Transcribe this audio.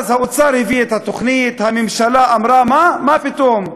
אז האוצר הביא את התוכנית, הממשלה אמרה: מה פתאום,